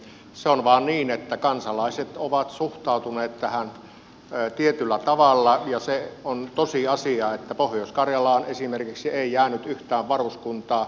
se on vain niin että kansalaiset ovat suhtautuneet tähän tietyllä tavalla ja se on tosiasia että esimerkiksi pohjois karjalaan ei jäänyt yhtään varuskuntaa